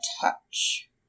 touch